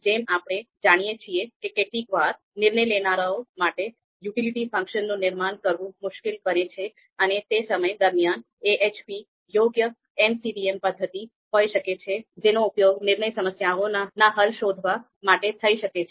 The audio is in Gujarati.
જેમ આપણે જાણીએ છીએ કે કેટલીક વાર નિર્ણય લેનારાઓ માટે યુટિલિટી ફંક્શનનું નિર્માણ કરવું મુશ્કેલ બને છે અને તે સમય દરમિયાન AHP યોગ્ય MCDM પદ્ધતિ હોઈ શકે છે જેનો ઉપયોગ નિર્ણય સમસ્યાઓ ના હલ શોધવા માટે થઈ શકે છે